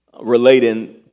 relating